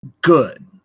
good